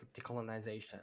decolonization